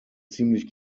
ziemlich